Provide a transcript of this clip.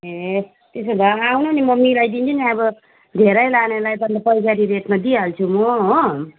ए त्यसो भए आउनु नि म मिलाइदिन्छु नि अब धेरै लानेलाई त पाइकारी रेटमा दिइहाल्छु म हो